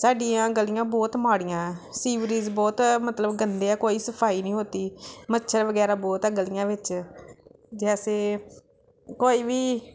ਸਾਡੀਆਂ ਗਲੀਆਂ ਬਹੁਤ ਮਾੜੀਆਂ ਹੈ ਸੀਵਰੇਜ ਬਹੁਤ ਮਤਲਬ ਗੰਦੇ ਹੈ ਕੋਈ ਸਫਾਈ ਨਹੀਂ ਹੋਤੀ ਮੱਛਰ ਵਗੈਰਾ ਬਹੁਤ ਹੈ ਗਲੀਆਂ ਵਿੱਚ ਜੈਸੇ ਕੋਈ ਵੀ